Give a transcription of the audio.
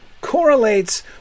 correlates